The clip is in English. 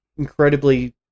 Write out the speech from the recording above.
incredibly